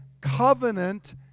covenant